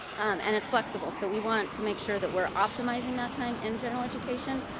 and it's flexible, so we want to make sure that we're optimizing that time in general education,